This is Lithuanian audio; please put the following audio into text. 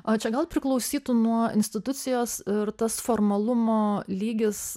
o čia gal priklausytų nuo institucijos ir tas formalumo lygis